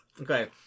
Okay